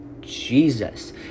Jesus